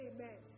Amen